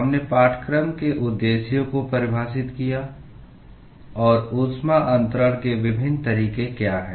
हमने पाठ्यक्रम के उद्देश्यों को परिभाषित किया और ऊष्मा अंतरण के विभिन्न तरीके क्या हैं